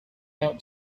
out